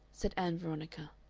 said ann veronica,